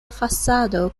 fasado